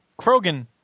Krogan